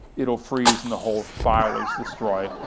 it'll freeze and the whole file was destroyed.